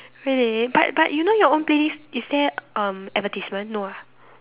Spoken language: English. really but but you know your own playlist is there um advertisement no ah